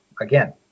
again